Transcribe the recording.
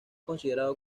considerado